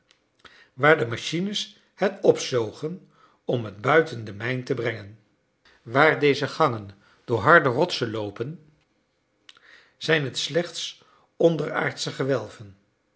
waar de machines het opzogen om het buiten de mijn te brengen waar deze gangen door harde rotsen loopen zijn het slechts onderaardsche gewelven